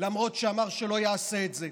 למרות שאמר שלא יעשה את זה.